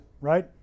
right